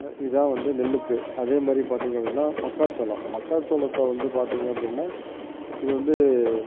இதுதான் வந்து நெல்லுக்கு அதே மாதிரி பார்த்திங்க அப்படினா மக்காச்சோளம் மக்காச்சோளத்தை வந்து பார்த்திங்க அப்படினா இது வந்து